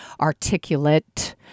articulate